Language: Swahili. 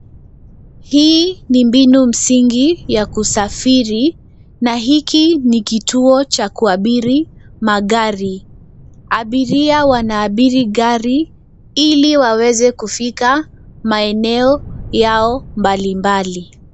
Hii ni mbinu msingi ya kusafiri na hiki ni kituo cha kuabiri magari. Abiria wanaaabiri gari ili waweze kufika maeneo yao mbalimbali.